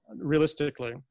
realistically